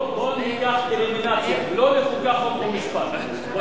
בוא ניקח אלימינציה, לא לחוקה, חוק ומשפט.